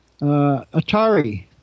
Atari